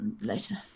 later